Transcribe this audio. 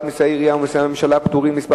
מסי עירייה ומסי הממשלה (פטורין) (מס'